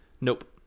Nope